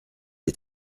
est